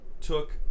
Took